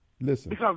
Listen